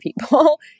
people